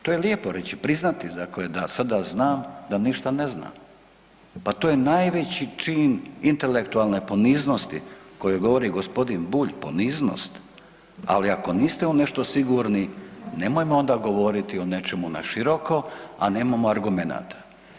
To je lijepo reći, priznati dakle da sada znam da ništa ne znam, pa to je najveći čin intelektualne poniznosti koju govori g. Bulj poniznost, ali ako niste u nešto sigurni nemojmo onda govoriti o nečemu na široko, a nemamo argumenata.